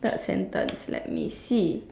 third sentence let me see